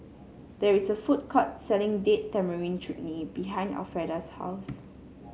there is a food court selling Date Tamarind Chutney behind Alfreda's house